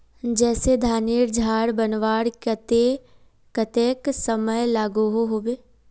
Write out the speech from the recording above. जैसे धानेर झार बनवार केते कतेक समय लागोहो होबे?